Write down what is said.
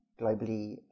globally